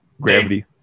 Gravity